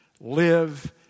live